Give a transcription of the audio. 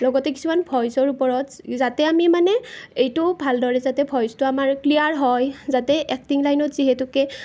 লগতে কিছুমন ভইচৰ ওপৰত যাতে আমি মানে এইটো ভালদৰে যাতে ভইচটো আমাৰ ক্লিয়াৰ হয় যাতে এক্টিং লাইনত যিহেতুকে